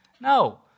No